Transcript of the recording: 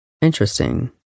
Interesting